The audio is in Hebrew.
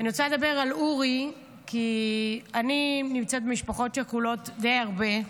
אני רוצה לדבר על אורי כי אני נמצאת אצל משפחות שכולות די הרבה,